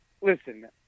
listen